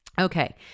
Okay